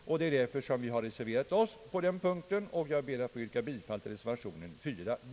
Det är också därför vi har reserverat oss, och jag ber att få yrka bifall till vår reservation b.